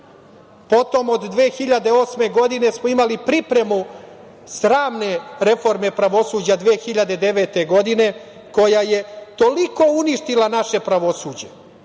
Potom od 2008. godine smo imali pripremu sramne reforme pravosuđa 2009. godine koja je toliko uništila naše pravosuđe